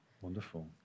Wonderful